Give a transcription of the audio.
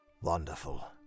Wonderful